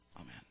Amen